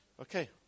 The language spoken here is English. Okay